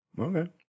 Okay